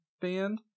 Band